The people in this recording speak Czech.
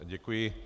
Děkuji.